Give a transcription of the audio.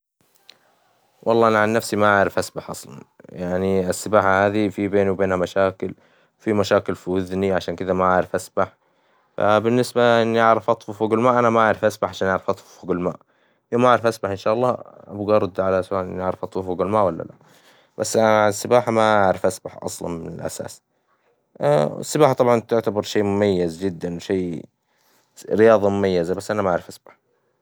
والله أنا عن نفسي ما أعرف أسبح أصلًا، يعني السباحة هذي في بيني وبينها مشاكل، في مشاكل في وزني عشان كذا ما أعرف أسبح، بالنسبة إني أعرف أطفو فوق الماء أنا ما أعرف أسبح عشان أعرف أطفو فوق الماء، يوم ما أعرف أسبح إن شاء الله أبقى أرد على سؤال إني أعرف أطفو فوق الماء والا لا، بس السباحة ما أعرف أسبح أصلًا من الأساس، السباحة طبعًا تعتبر شيء مميز جدًا شيء رياضة مميزة بس أنا ما أعرف أسبح.